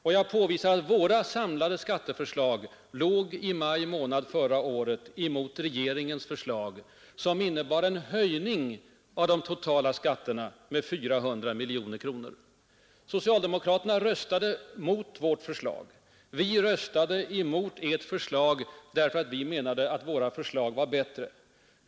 Jag framhöll också att våra samlade skatteförslag i maj månad förra året stod mot regeringens förslag, vilket innebar en höjning av de totala skatterna med 400 miljoner kronor. Socialdemokraterna röstade mot våra förslag. Vi röstade mot ert förslag därför att vi menade att våra förslag var bättre.